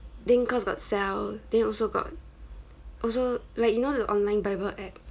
then cause got cell then also got also like you know the online bible app